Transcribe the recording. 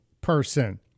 person